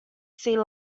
sea